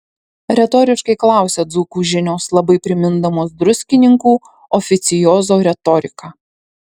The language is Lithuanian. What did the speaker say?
retoriškai klausia dzūkų žinios labai primindamos druskininkų oficiozo retoriką